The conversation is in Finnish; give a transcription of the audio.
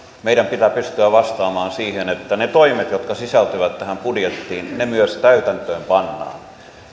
meidän pitää pystyä vastaamaan siitä että ne toimet jotka sisältyvät tähän budjettiin myös täytäntöön pannaan